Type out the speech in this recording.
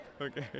Okay